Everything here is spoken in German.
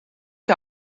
der